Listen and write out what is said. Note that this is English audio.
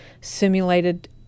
simulated